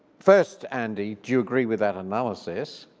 first andy, do you agree with that analysis?